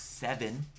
Seven